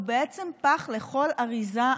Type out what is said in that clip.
הוא בעצם פח לכל אריזה,